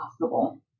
possible